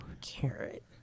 Carrot